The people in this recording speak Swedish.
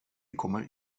kommer